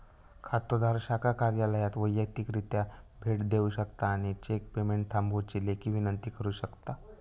खातोदार शाखा कार्यालयात वैयक्तिकरित्या भेट देऊ शकता आणि चेक पेमेंट थांबवुची लेखी विनंती करू शकता